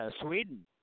Sweden